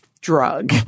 drug